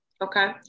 Okay